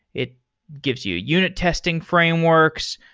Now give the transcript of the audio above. it gives you unit testing frameworks.